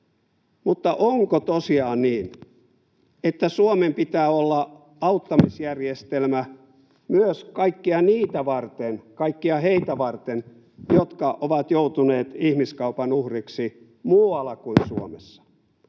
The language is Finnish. Mutta onko tosiaan niin, että Suomella pitää olla auttamisjärjestelmä myös kaikkia heitä varten, jotka ovat joutuneet ihmiskaupan uhreiksi muualla kuin Suomessa?